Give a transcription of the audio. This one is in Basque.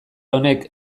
honek